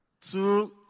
Two